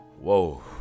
whoa